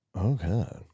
okay